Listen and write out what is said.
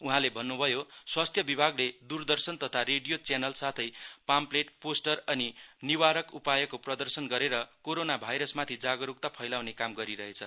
उहाँले भन्नु भयो स्वास्थ्य विभागले दुरदर्शन तथा रेडियो च्यानल साथै पामप्लेट पोस्टर अनि निवारक उपायको प्रदर्शन गरेर कोरोना भाइरसमाथि जागरूकता फैलाउने काम गरिरहेको छ